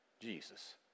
Jesus